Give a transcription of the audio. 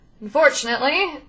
Unfortunately